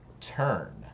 turn